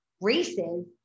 races